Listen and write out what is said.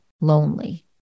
lonely